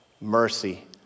mercy